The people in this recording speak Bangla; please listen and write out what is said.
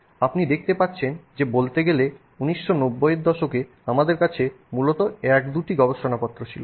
আপনি দেখতে পাচ্ছেন যে বলতে গেলে 1990 এর দশকে আমাদের কাছে মূলত 12 টি গবেষণাপত্র ছিল